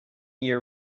year